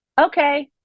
Okay